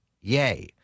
Yay